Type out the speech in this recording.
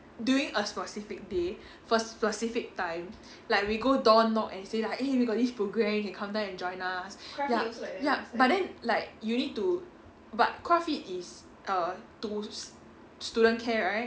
during a specific day for specific time like we go door knock and say like eh we got this program you come down and join us ya ya but then like you need to but craft it is err to s~ student care right